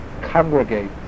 congregate